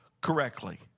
correctly